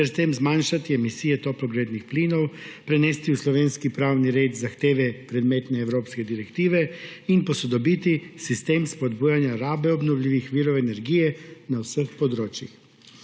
ter s tem zmanjšati emisije toplogrednih plinov, prenesti v slovenski pravni red zahteve predmetne evropske direktive in posodobiti sistem spodbujanja rabe obnovljivih virov energije na vseh področjih.